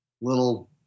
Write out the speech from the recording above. little